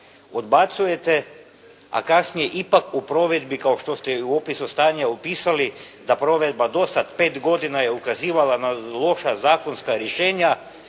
odbacujete, a kasnije ipak u provedbi kao što ste i u opisu stanja opisali, da provedba do sada pet godina je ukazivala na loša zakonska rješenja,